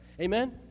Amen